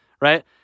right